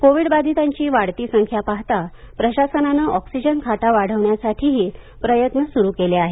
कोविडबाधितांची वाढती संख्या पाहता प्रशासनानं ऑक्सिजन खाटा वाढवण्यासाठी प्रयत्न सुरु केले आहेत